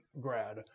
grad